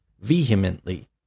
vehemently